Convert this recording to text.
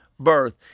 Birth